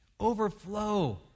Overflow